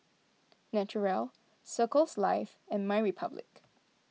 Naturel Circles Life and MyRepublic